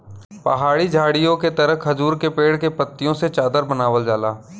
पहाड़ी झाड़ीओ के तरह खजूर के पेड़ के पत्तियों से चादर बनावल जाला